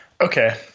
Okay